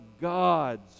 gods